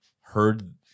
heard